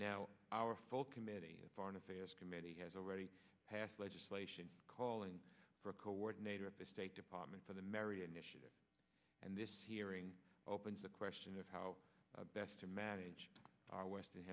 now our full committee foreign affairs committee has already passed legislation calling for a coordinator at the state department for the merit initiative and this hearing opens the question of how best to manage our western